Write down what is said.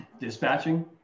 dispatching